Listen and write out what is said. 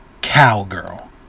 cowgirl